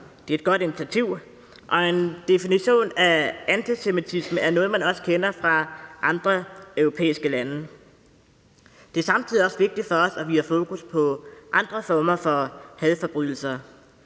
Det er et godt initiativ. Og en definition af antisemitisme er noget, som man også kender fra andre europæiske lande. Det er samtidig også vigtigt for os, at vi har fokus på andre former for hadforbrydelser,